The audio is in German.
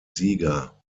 sieger